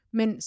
men